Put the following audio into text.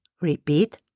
Repeat